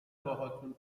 باهاتون